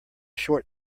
short